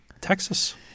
Texas